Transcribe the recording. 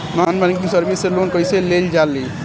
Non banking service से loan कैसे लेल जा ले?